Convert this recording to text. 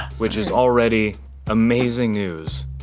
which is already amazing news.